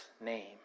name